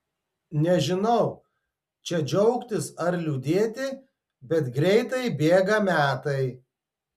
nežinau čia džiaugtis ar liūdėti bet greitai bėga metai